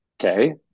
Okay